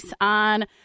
on